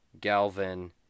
Galvin